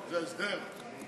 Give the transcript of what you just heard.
זה הסדר?